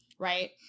right